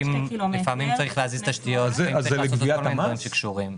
לפעמים צריך להזיז תשתיות ולעשות כל מיני דברים קשורים.